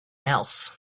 else